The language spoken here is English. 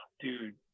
dude